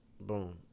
Boom